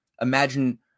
imagine